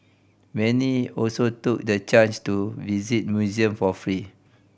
many also took the chance to visit museum for free